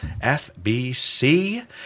FBC